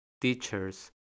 teachers